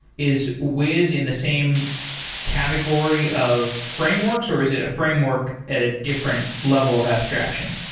is wiz in the same category of frameworks, or is it a framework at a different level of abstraction?